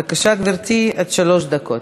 בבקשה, גברתי, עד שלוש דקות.